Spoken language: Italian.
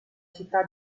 città